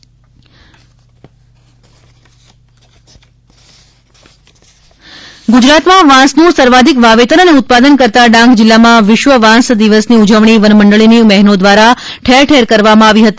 વિશ્વ વાંસ દિવસ ડાંગ ગુજરાતમાં વાંસનું સર્વાધિક વાવેતર અને ઉત્પાદન કરતા ડાંગ જિલ્લામાં વિશ્વ વાંસ દિવસની ઉજવણી વનમંડળીની બહેનો દ્વારા ઠેરઠેર કરવામાં આવી હતી